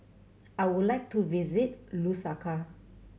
I would like to visit Lusaka